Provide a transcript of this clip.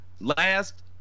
last